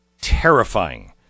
terrifying